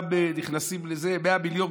100 מיליון,